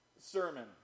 sermon